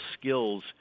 skills